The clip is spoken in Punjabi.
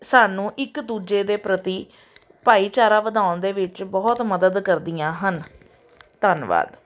ਸਾਨੂੰ ਇੱਕ ਦੂਜੇ ਦੇ ਪ੍ਰਤੀ ਭਾਈਚਾਰਾ ਵਧਾਉਣ ਦੇ ਵਿੱਚ ਬਹੁਤ ਮੱਦਦ ਕਰਦੀਆਂ ਹਨ ਧੰਨਵਾਦ